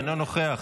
אינו נוכח,